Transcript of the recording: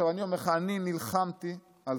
אני נלחמתי על